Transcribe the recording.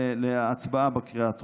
להצבעה בקריאה הטרומית.